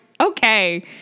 okay